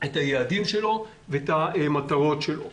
את היעדים שלו ואת המטרות שלו.